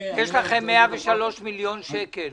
ההפסדים שלכם הם 103 מיליון שקל